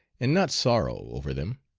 and not sorrow over them.